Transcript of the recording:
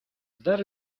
there